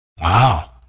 wow